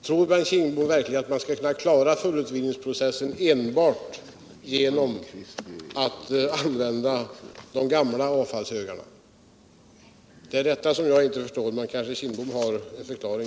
Tror Bengt Kindbom verkligen att man kan klara fullutvinningsprocessen enbart genom att använda de gamla avfallshögarna? Detta kan jag inte förstå, men Bengt Kindbom har kanske en förklaring.